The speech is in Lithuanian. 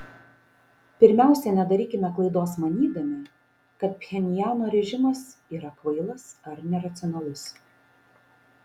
pirmiausia nedarykime klaidos manydami kad pchenjano režimas yra kvailas ar neracionalus